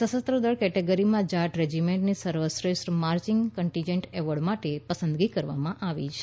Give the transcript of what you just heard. સશસ્ત્રદળ કેટેગરીમાં જાટ રેજીમેન્ટની સર્વશ્રેષ્ઠ માર્ચિંગ કન્ટીજન્ટ એવોર્ડ માટે પસંદગીકરવામાં આવી છે